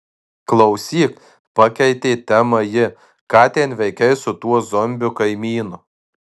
klausyk pakeitė temą ji ką ten veikei su tuo zombiu kaimynu